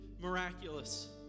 miraculous